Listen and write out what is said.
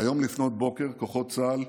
והיום לפנות בוקר כוחות צה"ל,